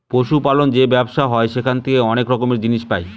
পশু পালন যে ব্যবসা হয় সেখান থেকে অনেক রকমের জিনিস পাই